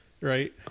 right